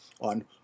on